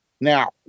Now